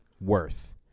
worth